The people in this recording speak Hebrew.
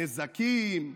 הנזקים.